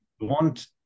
want